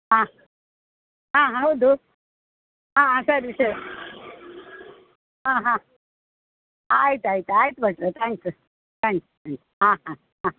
ಹಾಂ ಹಾಂ ಹೌದು ಹಾಂ ಸರಿ ಸರಿ ಹಾಂ ಹಾಂ ಆಯ್ತು ಆಯ್ತು ಆಯ್ತು ಭಟ್ರೆ ತ್ಯಾಂಕ್ಸ್ ತ್ಯಾಂಕ್ಸ್ ತ್ಯಾಂಕ್ಸ್ ಹಾಂ ಹಾಂ ಹಾಂ